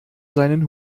seinen